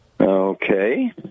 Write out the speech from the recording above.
Okay